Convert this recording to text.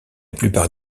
plupart